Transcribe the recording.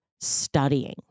studying